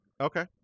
Okay